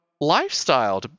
lifestyle